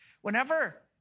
Whenever